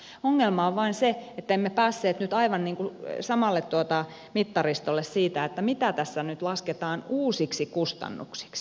ongelma on vain se että emme päässeet nyt aivan samalle mittaristolle siitä mitä tässä nyt lasketaan uusiksi kustannuksiksi